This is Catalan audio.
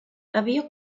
havia